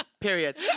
Period